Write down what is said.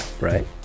right